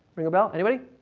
ring a bell, anybody?